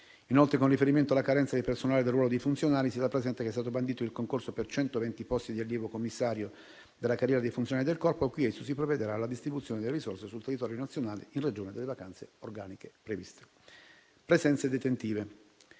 Inoltre, con riferimento alla carenza di personale del ruolo dei funzionari, si rappresenta che è stato bandito il concorso pubblico per 120 posti di allievo commissario della carriera dei funzionari del Corpo, al cui esito si provvederà alla distribuzione delle risorse sul territorio nazionale, in ragione delle vacanze organiche previste. Presso i